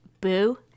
boo